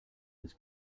this